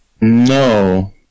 No